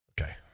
Okay